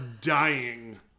dying